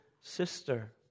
sister